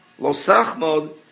Losachmod